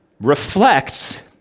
reflects